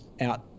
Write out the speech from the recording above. out